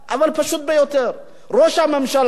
אבל פשוט ביותר: ראש הממשלה,